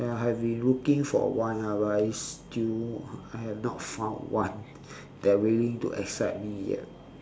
ya I have been looking for one ah but it's still I have not found one that willing to accept me yet